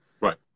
Right